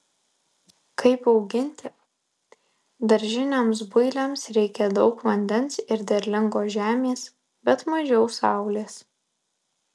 kaip auginti daržiniams builiams reikia daug vandens ir derlingos žemės bet mažiau saulės